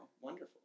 wonderful